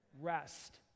rest